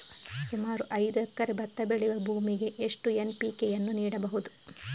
ಸುಮಾರು ಐದು ಎಕರೆ ಭತ್ತ ಬೆಳೆಯುವ ಭೂಮಿಗೆ ಎಷ್ಟು ಎನ್.ಪಿ.ಕೆ ಯನ್ನು ನೀಡಬಹುದು?